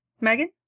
Megan